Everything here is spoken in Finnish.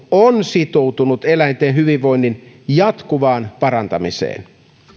on sitoutunut eläinten hyvinvoinnin jatkuvaan parantamiseen